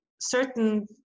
certain